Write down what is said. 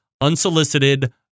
unsolicited